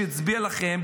שהצביע לכם,